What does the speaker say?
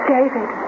David